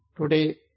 today